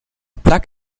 plug